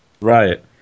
Right